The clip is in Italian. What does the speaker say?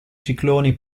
cicloni